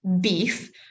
beef